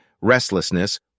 restlessness